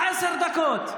אני אתן לך עשר דקות.